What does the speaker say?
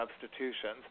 substitutions